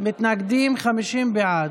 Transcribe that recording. מתנגדים ו-50 בעד.